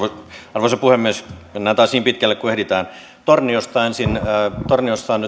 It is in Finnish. arvoisa puhemies mennään taas niin pitkälle kuin ehditään torniosta ensin torniossa on on